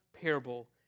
parable